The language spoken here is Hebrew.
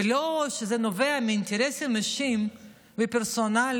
ולא משהו שנובע מאינטרסים אישיים ופרסונליים